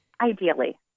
Ideally